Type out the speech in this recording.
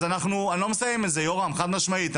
אז אני לא מסיים את זה, יורם, חד משמעית.